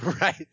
right